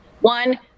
One